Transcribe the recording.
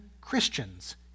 Christians